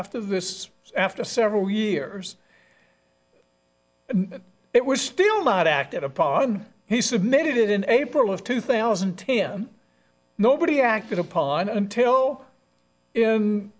after this after several years it was still not acted upon he submitted it in april of two thousand and ten nobody acted upon until in